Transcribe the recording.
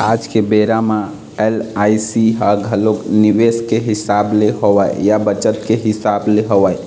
आज के बेरा म एल.आई.सी ह घलोक निवेस के हिसाब ले होवय या बचत के हिसाब ले होवय